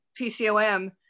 PCOM